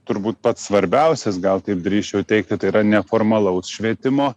turbūt pats svarbiausias gal taip drįsčiau teigti tai yra neformalaus švietimo